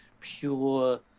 pure